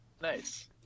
Nice